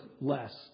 less